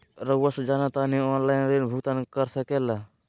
रहुआ से जाना तानी ऑनलाइन ऋण भुगतान कर सके ला?